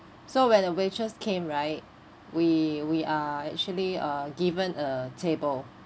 so when a waitress came right we we are actually uh given a table